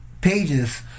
Pages